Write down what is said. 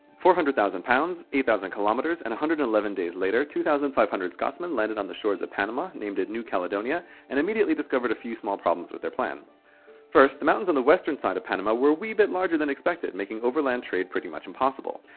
four hundred thousand pounds, eight thousand kilometers and one hundred and eleven days later, two thousand five hundred scotsmen landed on the shores of panama, named it new caledonia and immediately discovered a few small problems with their plan first, the mountains on the western side of panama were a wee bit larger than expected, making overland trade pretty much impossible.